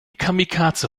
kamikaze